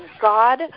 God